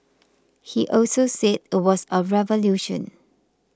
he also said it was a revolution